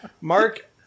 Mark